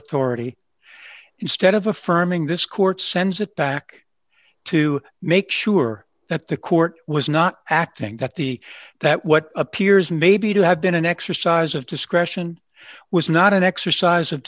authority instead of affirming this court sends it back to make sure that the court was not acting that the that what appears maybe to have been an exercise of discretion was not an exercise of